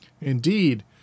Indeed